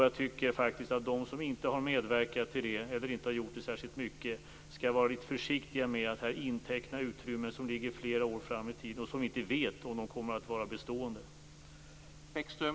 Jag tycker faktiskt att de som inte medverkat alls eller inte särskilt mycket skall vara litet försiktiga med att inteckna utrymmen som ligger flera år fram i tiden och som vi inte vet om de kommer att vara bestående.